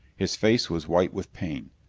his face was white with pain.